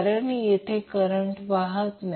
कारण येथे करंट वाहत नाही